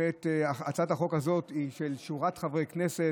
הצעת החוק הזאת היא של שורת חברי כנסת,